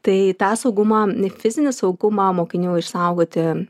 tai tą saugumą fizinį saugumą mokinių išsaugoti